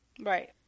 Right